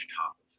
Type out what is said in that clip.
top